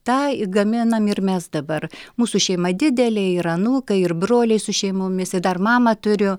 tą i gaminam ir mes dabar mūsų šeima didelė ir anūkai ir broliai su šeimomis ir dar mamą turiu